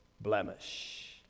blemish